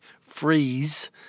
freeze